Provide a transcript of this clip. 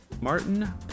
Martin